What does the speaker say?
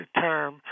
term